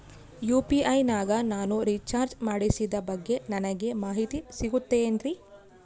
UPI ನಾಗ ನಾನು recharge ಮಾಡಿಸಿದ ಬಗ್ಗೆ ನನಗೆ ಮಾಹಿತಿ ಸಿಗುತೇನ್ರೀ?